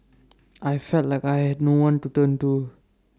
I felt like I had no one to turn to